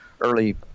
early